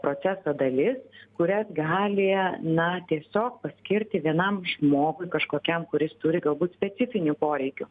proceso dalis kurias gali na tiesiog paskirti vienam žmogui kažkokiam kuris turi galbūt specifinių poreikių